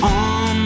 on